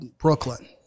brooklyn